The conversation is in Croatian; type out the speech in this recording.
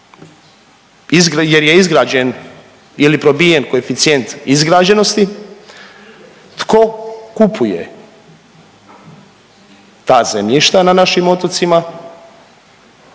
jer je izgrađen ili probijen koeficijent izgrađenosti, tko kupuje ta zemljišta na našim otocima,